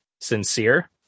sincere